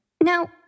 Now